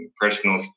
personal